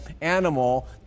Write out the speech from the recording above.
animal